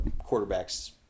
quarterback's